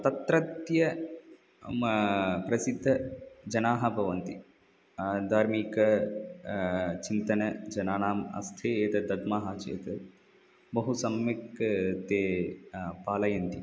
तत्रत्य प्रसिद्धजनाः भवन्ति धार्मिक चिन्तनं जनानाम् हस्ते एतद् दद्मः चेत् बहुसम्यक् ते पालयन्ति